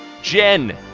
Jen